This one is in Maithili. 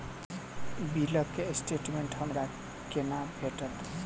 बिलक स्टेटमेंट हमरा केना भेटत?